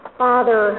father